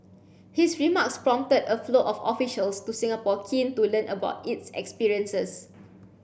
his remarks prompted a flow of officials to Singapore keen to learn about its experiences